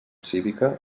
cívica